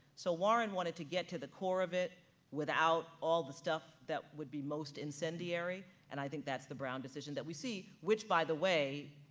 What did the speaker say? so warren wanted to get to the core of it without all the stuff that would be most incendiary, and i think that's the brown decision that we see, which by the way,